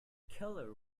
killer